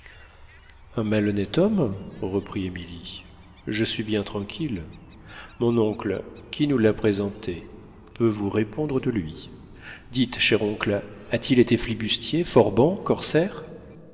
un malhonnête homme reprit émilie je suis bien tranquille mon oncle qui nous l'a présenté peut vous répondre de lui dites cher oncle a-t-il été flibustier forban corsaire